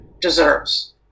deserves